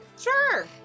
Sure